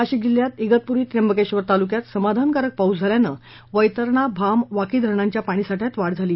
नाशिक जिल्ह्यात इगतपुरी त्रबंकेश्वर तालुक्यात समाधानकारक पाऊस झाल्यानं वैतरणा भाम वाकी धरणांच्या पाणीसाठयात वाढ झाली